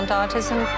autism